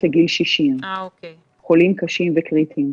הקשים והקריטיים.